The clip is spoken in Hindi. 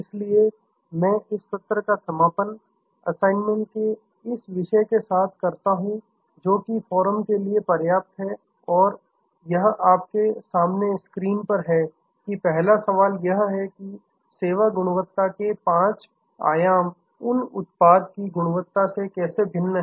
इसलिए मैं इस सत्र का समापन असाइनमेंट के इस विषय के साथ करता हूं जोकि फोरम के लिए पर्याप्त है और यह आपके सामने स्क्रीन पर है कि पहला सवाल यह है कि सेवा गुणवत्ता के पांच आयाम उन उत्पाद की गुणवत्ता से कैसे भिन्न हैं